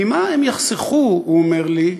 ממה הם יחסכו, הוא אומר לי,